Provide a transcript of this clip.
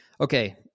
Okay